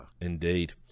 Indeed